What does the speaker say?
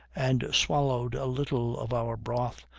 and swallowed a little of our broth,